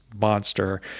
monster